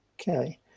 Okay